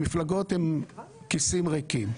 המפלגות עם כיסים ריקים.